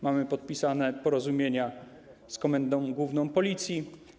Mamy podpisane porozumienia z Komendą Główną Policji.